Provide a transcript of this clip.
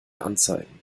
anzeigen